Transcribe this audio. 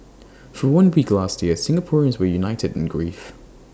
for one week last year Singaporeans were united in grief